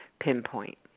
pinpoint